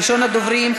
ראשון הדוברים,